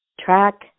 Track